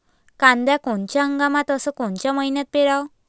कांद्या कोनच्या हंगामात अस कोनच्या मईन्यात पेरावं?